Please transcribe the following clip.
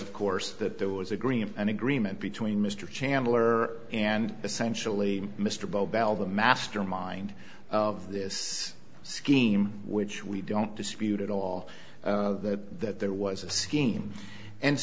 of course that there was agreement and agreement between mr chandler and essentially mr bo bell the mastermind of this scheme which we don't dispute at all that there was a scheme and